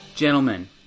Gentlemen